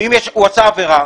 ואם הוא עשה עבירה